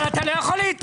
אבל אתה לא יכול להתפרץ.